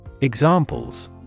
Examples